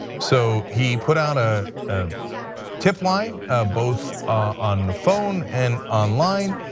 so he put out a ah tip line both on the phone and online.